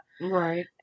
Right